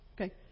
okay